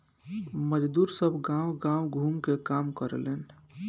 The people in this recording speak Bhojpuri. मजदुर सब गांव गाव घूम के काम करेलेन